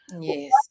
Yes